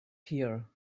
here